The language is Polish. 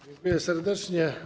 Dziękuję serdecznie.